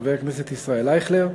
חבר הכנסת ישראל אייכלר,